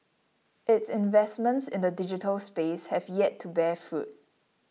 its investments in the digital space have yet to bear fruit